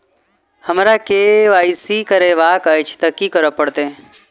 हमरा KYC करेवाक अछि तऽ की करऽ पड़तै?